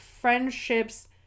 friendships